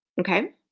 Okay